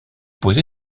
posé